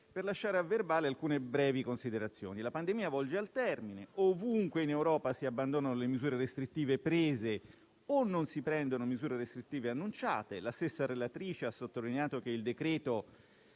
per lasciare a verbale alcune brevi considerazioni. La pandemia volge al termine, ovunque in Europa si abbandonano le misure restrittive prese o non si prendono le misure restrittive annunciate. La stessa relatrice ha sottolineato che il decreto-legge